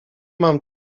mam